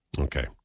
Okay